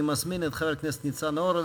אני מזמין את חבר הכנסת ניצן הורוביץ,